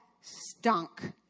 stunk